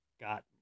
got